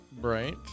Right